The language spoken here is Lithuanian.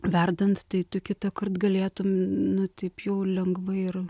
verdant tai tu kitąkart galėtum nu taip jau lengvai ir